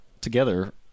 together